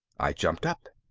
i jumped up.